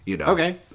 Okay